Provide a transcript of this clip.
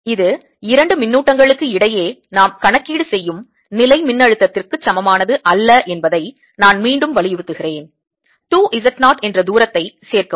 இது இரண்டு மின்னூட்டங்களுக்கு இடையே நாம் கணக்கீடு செய்யும் நிலை மின் அழுத்தத்திற்கு சமமானது அல்ல என்பதை நான் மீண்டும் வலியுறுத்துகிறேன் 2 Z நாட் என்ற தூரத்தை சேர்க்கவும்